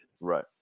Right